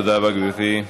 תודה רבה, גברתי.